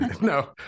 No